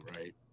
right